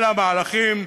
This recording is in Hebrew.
אלא מהלכים,